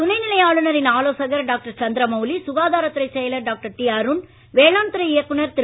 துணை நிலை ஆளுனரின் ஆலோசகர் டாக்டர் சந்திரமவுளி சுகாதாரத்துறை செயலர் டாக்டர் டி அருண் வேளாண்துறை இயக்குனர் திரு